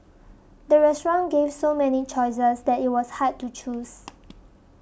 the restaurant gave so many choices that it was hard to choose